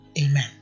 amen